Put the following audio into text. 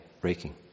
breaking